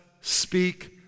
speak